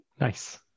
Nice